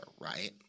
right